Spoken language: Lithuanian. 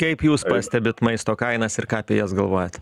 kaip jūs pastebit maisto kainas ir ką apie jas galvojat